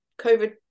COVID